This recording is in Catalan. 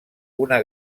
una